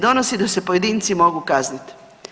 Donosi da se pojedinci mogu kaznit.